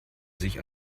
sich